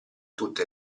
tutte